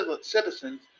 citizens